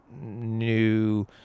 new